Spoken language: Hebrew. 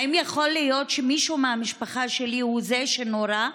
האם יכול להיות שמישהו מהמשפחה שלי הוא זה שנורה?